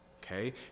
Okay